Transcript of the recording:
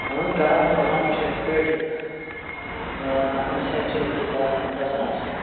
اَہنوٗ کَران پُلان چھِ یتھٕ پٲٹھۍ نفرس ہٮ۪تھ چھِ دَہ پنٛداس ساس